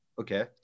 Okay